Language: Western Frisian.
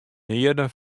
nearne